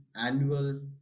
annual